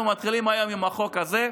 אנחנו מתחילים היום עם החוק הזה,